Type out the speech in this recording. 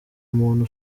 muntu